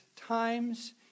times